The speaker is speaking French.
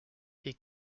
est